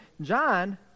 John